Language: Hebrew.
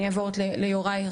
אני עוברת ליוראי.